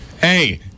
Hey